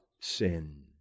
sin